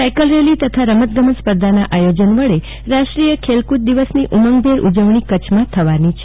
cycle rally તથા રમત ગમત સ્પર્ધાના આયોજન વડે રાષ્ટ્રીય ખેલકુદ દિવસની ઉમંગભેર ઉજવણી કચ્છમાં થવાની છે